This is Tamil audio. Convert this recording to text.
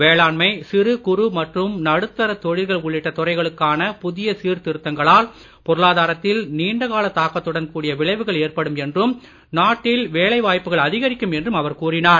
வேளாண்மை சிறு குறு மற்றும் நடுத்தர தொழில்கள் உள்ளிட்ட துறைகளுக்கான புதிய சீர்திருத்தங்களால் பொருளாதாரத்தில் நீண்ட கால தாக்கத்துடன் கூடிய விளைவுகள் ஏற்படும் என்றும் நாட்டில் வேலை வாய்ப்புகள் அதிகரிக்கும் என்றும் அவர் கூறினார்